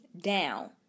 down